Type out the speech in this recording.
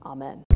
Amen